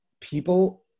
people